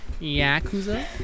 Yakuza